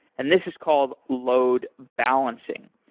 and this is called load balancing.